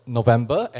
November